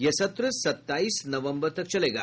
यह सत्र सत्ताईस नवम्बर तक चलेगा